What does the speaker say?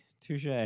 Touche